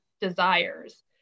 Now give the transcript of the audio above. desires